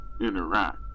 interact